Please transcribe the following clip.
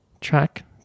track